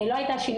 לא היה שינוי,